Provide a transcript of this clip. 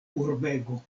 urbego